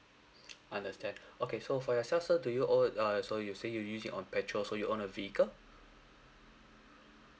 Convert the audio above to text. understand okay so for yourself sir do you ow~ err so you say use it on petrol so you own a vehicle